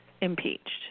impeached